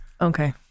Okay